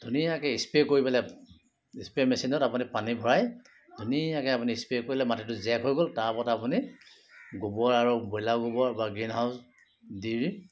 ধুনীয়াকৈ স্প্ৰে' কৰি পেলাই স্প্ৰে' মেচিনত আপুনি পানী ভৰাই ধুনীয়াকৈ আপুনি স্প্ৰে' কৰিলে মাটিটো জেক হৈ গ'ল তাৰ ওপৰত আপুনি গোবৰ আৰু ব্ৰইলাৰ গোবৰ বা গ্ৰীণ হাউছ দি